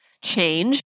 change